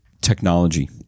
technology